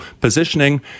positioning